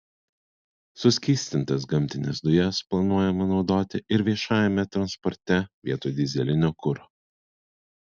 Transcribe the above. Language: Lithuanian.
suskystintas gamtines dujas planuojama naudoti ir viešajame transporte vietoj dyzelinio kuro